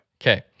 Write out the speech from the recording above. Okay